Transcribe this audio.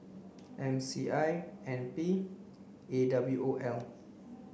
M C I N P A W O L